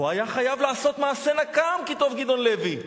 הוא היה חייב לעשות מעשה נקם, כתב גדעון לוי.